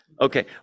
okay